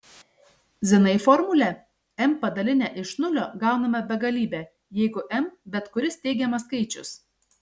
zinai formulę m padalinę iš nulio gauname begalybę jeigu m bet kuris teigiamas skaičius